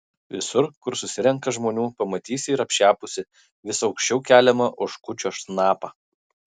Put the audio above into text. visur kur susirenka žmonių pamatysi ir apšepusį vis aukščiau keliamą oškučio snapą